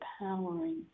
empowering